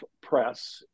Press